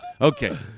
Okay